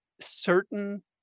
certain